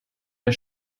der